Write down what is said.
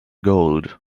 gold